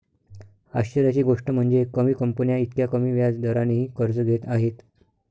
आश्चर्याची गोष्ट म्हणजे, कमी कंपन्या इतक्या कमी व्याज दरानेही कर्ज घेत आहेत